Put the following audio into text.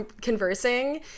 conversing